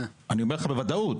אני אומר לך בוודאות,